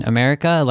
America